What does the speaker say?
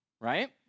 right